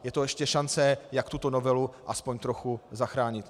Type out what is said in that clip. Je to ještě šance, jak tuto novelu aspoň trochu zachránit.